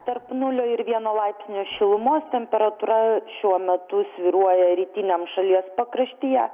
tarp nulio ir vieno laipsnio šilumos temperatūra šiuo metu svyruoja rytiniam šalies pakraštyje